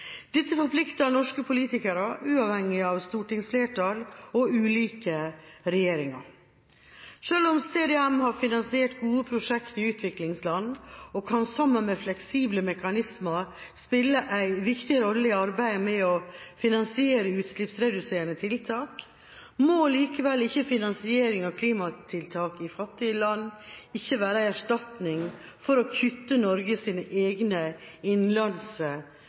Dette forplikter norske politikere, uavhengig av stortingsflertall og ulike regjeringer. Selv om CDM har finansiert gode prosjekter i utviklingsland og sammen med fleksible mekanismer kan spille en viktig rolle i arbeidet med å finansiere utslippsreduserende tiltak, må likevel ikke finansiering av klimatiltak i fattige land være en erstatning for å kutte Norges egne